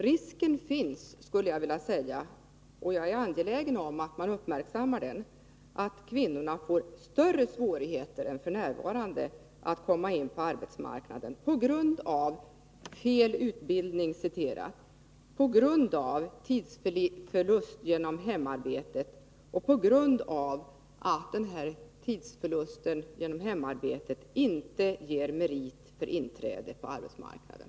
Risken finns — och jag är angelägen om att man uppmärksammar den — att kvinnorna får större svårigheter än f.n. att komma in på arbetsmarknaden på grund av fel utbildning, på grund av tidsförlust genom hemarbetet och på grund av att denna tidsförlust inte ger merit för inträde på arbetsmarknaden.